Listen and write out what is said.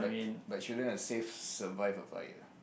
like shouldn't have save survive a fire